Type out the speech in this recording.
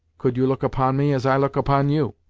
could you look upon me as i look upon you.